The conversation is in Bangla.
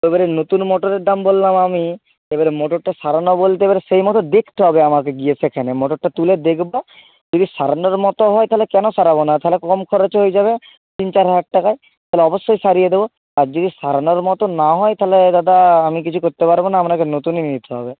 এবারে নতুন মোটরের দাম বললাম আমি এবারে মোটরটা সারানো বলতে এবারে সেই মতো দেখতে হবে আমাকে গিয়ে সেখানে মোটরটা তুলে দেখব যদি সারানোর মতো হয় তাহলে কেন সারাব না তাহলে কম খরচে হয়ে যাবে তিন চার হাজার টাকায় তাহলে অবশ্যই সারিয়ে দেবো আর যদি সারানোর মতো না হয় তাহলে দাদা আমি কিছু করতে পারব না আপনাকে নতুনই নিতে হবে